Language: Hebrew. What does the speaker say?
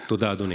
תודה, אדוני.